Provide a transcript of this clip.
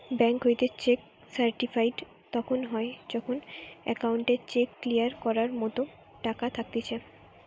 bank হইতে cheque certified তখন হয় যখন অ্যাকাউন্টে চেক ক্লিয়ার করার মতো টাকা থাকতিছে